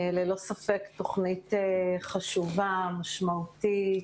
זו ללא ספק תוכנית חשובה, משמעותית,